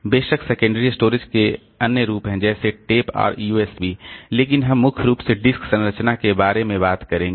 बेशक secondary storage के अन्य रूप हैं जैसे टेप और यूएसबी लेकिन हम मुख्य रूप से डिस्क संरचना के बारे में बात करेंगे